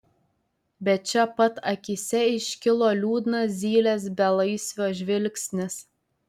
bet čia pat akyse iškilo liūdnas zylės belaisvio žvilgsnis